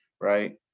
right